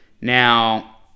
Now